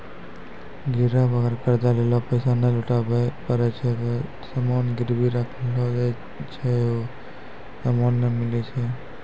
गिरब अगर कर्जा लेलो पैसा नै लौटाबै पारै छै ते जे सामान गिरबी राखलो छै हौ सामन नै मिलै छै